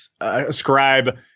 ascribe